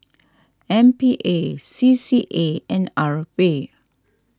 M P A C C A and R P